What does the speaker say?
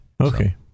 Okay